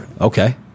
Okay